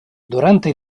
durante